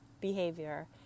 behavior